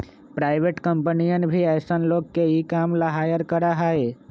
private कम्पनियन भी ऐसन लोग के ई काम ला हायर करा हई